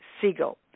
Siegel